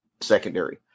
secondary